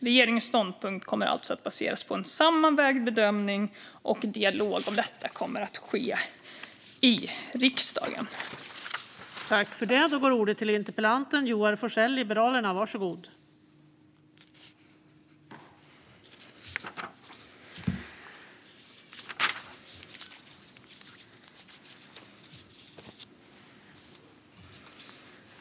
Regeringens ståndpunkt kommer alltså att baseras på en sammanvägd bedömning, och dialog om detta kommer att ske i riksdagen.